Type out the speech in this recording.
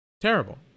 Terrible